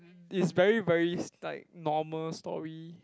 it's very very like normal story